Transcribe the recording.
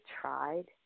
tried